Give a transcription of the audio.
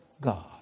God